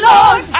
Lord